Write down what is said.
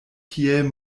tiel